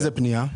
איזו פנייה?